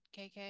KK